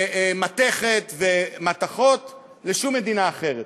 ומתכת ומתכות לשום מדינה אחרת.